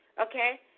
Okay